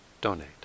donate